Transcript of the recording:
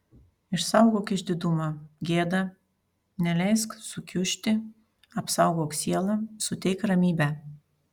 išsaugok išdidumą gėdą neleisk sukiužti apsaugok sielą suteik ramybę